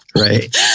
Right